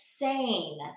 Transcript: insane